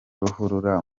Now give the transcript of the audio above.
ruhurura